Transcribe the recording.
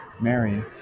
Mary